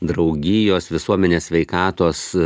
draugijos visuomenės sveikatos